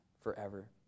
forever